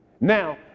Now